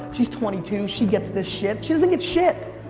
she's twenty two, she gets this shit. she doesn't get shit!